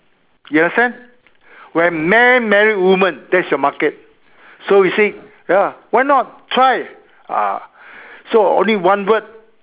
you understand when man married woman that is your market so he said ya why not try ah so only one word